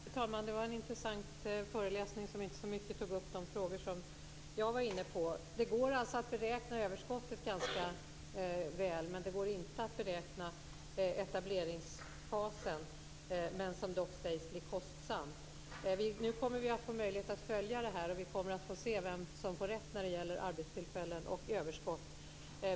Fru talman! Det var en intressant föreläsning som inte så mycket tog upp de frågor som jag var inne på. Det går alltså att beräkna överskottet ganska väl, men det går inte att beräkna etableringsfasen, som dock sägs bli kostsam. Nu kommer vi att få möjlighet att följa det här, och vi kommer att få se vem som får rätt när det gäller arbetstillfällen och överskott.